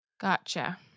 gotcha